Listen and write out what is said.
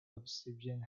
obsidian